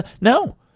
No